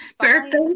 Birthday